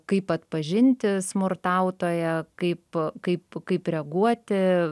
kaip atpažinti smurtautoją kaip kaip kaip reaguoti